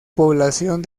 población